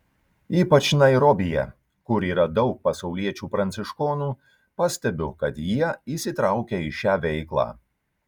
ypač nairobyje kur yra daug pasauliečių pranciškonų pastebiu kad jie įsitraukę į šią veiklą